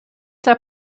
der